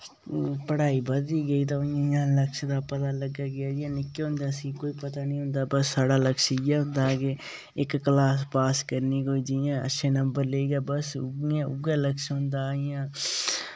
पढ़ाई बद्धदी गेई ते उ'आं उ'आं लक्ष्य दा पता लगदा गेआ जि'यां निक्के होंदै असें कोई पता नीं होंदा हा बस साढ़ा लक्ष्य इ'यै होंदा हा के इक क्लास पास करनी कोई जि'यां अच्छे नंबर लेइयै बस उ'यै लक्ष्य होंदा हा इ'यां